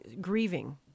grieving